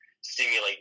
stimulate